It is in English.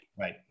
Right